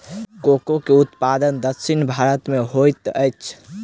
cocoa के उत्पादन दक्षिण भारत में होइत अछि